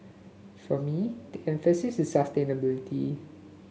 for me the emphasis is sustainability